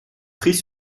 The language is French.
pris